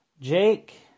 Jake